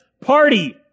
party